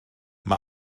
mae